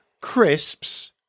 Crisps